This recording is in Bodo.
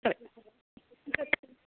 जाबाय